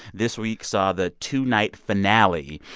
this week saw the two-night finale.